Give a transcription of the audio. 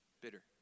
Bitter